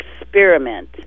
experiment